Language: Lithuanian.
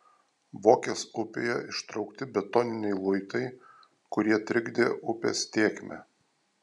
vokės upėje ištraukti betoniniai luitai kurie trikdė upės tėkmę